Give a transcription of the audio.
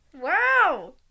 wow